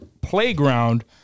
Playground